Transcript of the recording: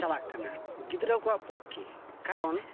ᱪᱟᱞᱟᱜ ᱠᱟᱱᱟ ᱜᱤᱫᱽᱨᱟᱹ ᱠᱚᱣᱟᱜ ᱯᱚᱠᱠᱷᱮ ᱠᱟᱨᱚᱱ